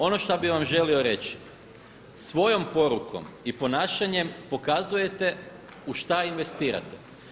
Ono šta bi vam želio reći, svojoj porukom i ponašanjem pokazujete u šta investirate.